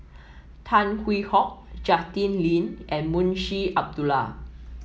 Tan Hwee Hock Justin Lean and Munshi Abdullah